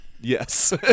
Yes